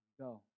go